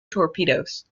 torpedoes